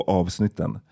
avsnitten